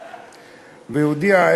והודיעה,